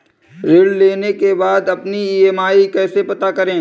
ऋण लेने के बाद अपनी ई.एम.आई कैसे पता करें?